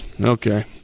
Okay